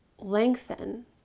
Lengthen